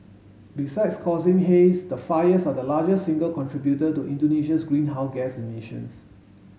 besides causing haze the fires are the largest single contributor to Indonesia's greenhouse gas emissions